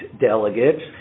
delegates